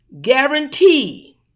guarantee